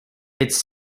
it’s